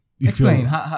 Explain